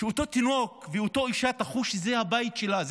שאותו תינוק ואותה אישה יחושו שזה הבית שלהם,